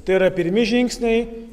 tai yra pirmi žingsniai